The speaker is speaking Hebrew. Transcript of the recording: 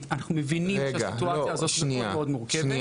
ואנחנו מבינים שהסיטואציה הזאת מאוד מורכבת.